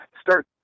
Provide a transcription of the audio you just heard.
start